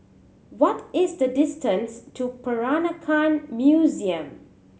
what is the distance to Peranakan Museum